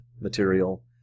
material